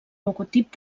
logotip